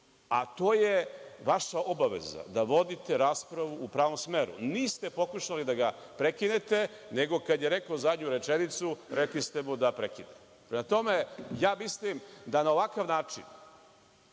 a to je vaša obaveza da vodite raspravu u pravom smeru. Niste pokušali da ga prekinete, nego kad je rekao zadnju rečenicu, rekli ste mu da prekine. Prema tome, ja mislim da na ovakav način